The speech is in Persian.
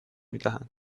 میدهند